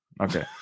Okay